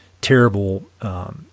terrible